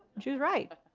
she was right,